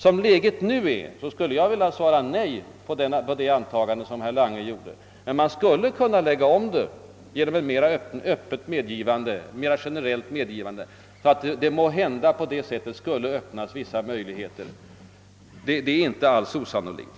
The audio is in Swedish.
Som läget nu är skulle jag vilja bestrida riktigheten i det antagande herr Lange gjorde. Men man skulle kunna lägga om systemet; genom ett mer generellt medgivande till de nödvändiga betalningstransaktionerna skulle det måhända öppnas vissa möjligheter till sådan belåning — det är inte alls osannolikt.